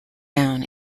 town